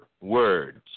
Words